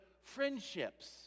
friendships